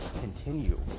continue